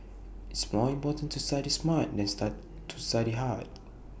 IT is more important to study smart than to study hard